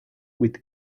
with